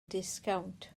disgownt